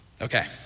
Okay